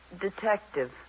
detective